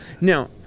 Now